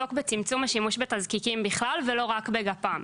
שיעסוק בצמצום תזקיקים בכלל ולא רק בגפ"מ.